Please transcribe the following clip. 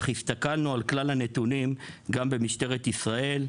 אך הסתכלנו על כלל הנתונים גם במשטרת ישראל,